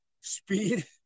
speed